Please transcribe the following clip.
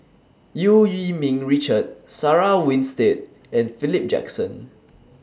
EU Yee Ming Richard Sarah Winstedt and Philip Jackson